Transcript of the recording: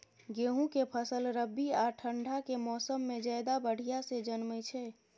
गेहूं के फसल रबी आ ठंड के मौसम में ज्यादा बढ़िया से जन्में छै?